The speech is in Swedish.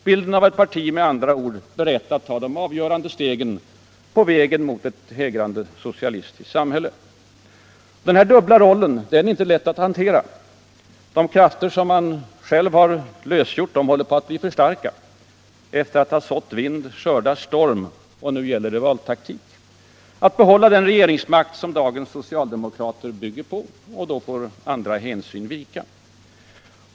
Bilden av ett parti med andra ord berett att ta de avgörande stegen på vägen mot ett hägrande socialistiskt samhälle. Denna dubbla roll är inte lätt att hantera. De krafter som man själv har lösgjort håller på att bli för starka. Efter att ha sått vind, skördar man storm. Men nu gäller det valtaktik. Det gäller att behålla den regeringsmakt som dagens socialdemokrater bygger på, och då får andra hänsyn vika.